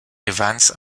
evans